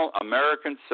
American